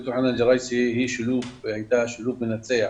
ד"ר חנאן ג'ראייסי הייתה שילוב מנצח